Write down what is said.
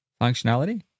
functionality